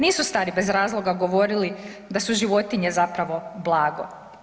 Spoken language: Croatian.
Nisu stari bez razloga govorili da su životinje zapravo blago.